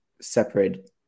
separate